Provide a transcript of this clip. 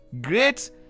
great